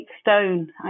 stone